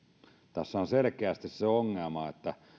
tässä on selkeästi se ongelma että